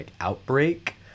Outbreak